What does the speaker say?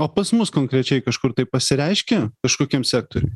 o pas mus konkrečiai kažkur tai pasireiškia kažkokiam sektoriuj